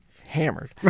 hammered